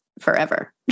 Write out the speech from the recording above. forever